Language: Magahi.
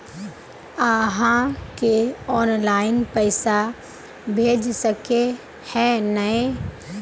आहाँ के ऑनलाइन पैसा भेज सके है नय?